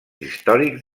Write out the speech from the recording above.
històrics